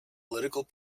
political